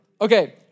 Okay